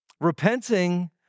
Repenting